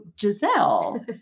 giselle